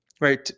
right